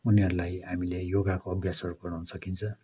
उनीहरूलाई हामीले योगाको अभ्यासहरू गराउन सकिन्छ